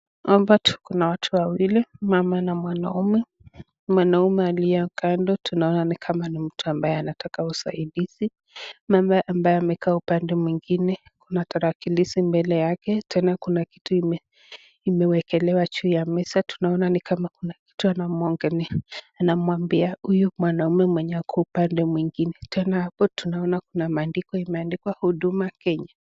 Hapa kuna watu wawili. Mama na mwanaume. Mwanaume aliye kando, tunaona ni kama ni mtu ambaye anataka usaidizi. Mama ambaye amekaa upande mwingine, kuna tarakilishi mbele yake, tena kuna kitu imewekelewa juu ya meza, tunaona ni kama kuna kitu anamuambia huyu mwanaume mwenye ako upande mwingine. Tena hapo tunaona kuna maandiko imeandikwa huduma Kenya.